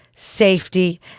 safety